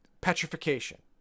petrification